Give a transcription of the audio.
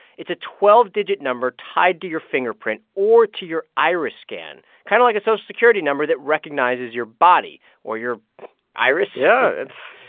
it's a twelve digit number tied to your fingerprint or to your iris scan kind of like a social security number that recognizes your body or your iris so yeah.